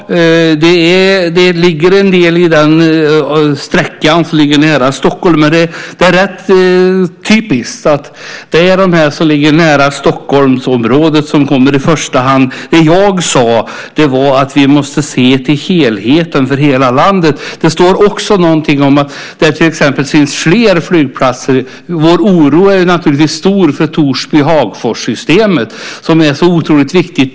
Fru talman! Det ligger något i detta när det gäller orter som ligger nära Stockholm. Men det är rätt typiskt att det är orter som ligger nära Stockholmsområdet som kommer i första hand. Det som jag sade var att vi måste se till helheten, till hela landet. Det står också någonting om att det finns flera flygplatser på vissa ställen. Vår oro är naturligtvis stor för Torsby-Hagfors-systemet som är så otroligt viktigt.